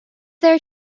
there